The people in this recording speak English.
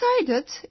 decided